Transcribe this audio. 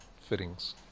fittings